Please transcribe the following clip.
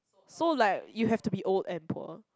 so like you have to be old and poor